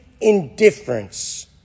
indifference